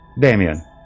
Damien